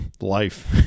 life